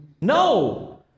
No